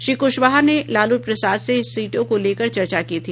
श्री कूशवाहा ने लालू प्रसाद से सीटों को लेकर चर्चा की थी